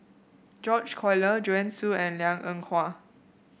George Collyer Joanne Soo and Liang Eng Hwa